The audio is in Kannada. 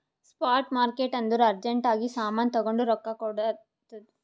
ಸ್ಪಾಟ್ ಮಾರ್ಕೆಟ್ ಅಂದುರ್ ಅರ್ಜೆಂಟ್ ಆಗಿ ಸಾಮಾನ್ ತಗೊಂಡು ರೊಕ್ಕಾ ಕೊಡ್ತುದ್